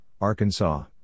Arkansas